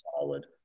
solid